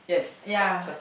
ya